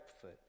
foot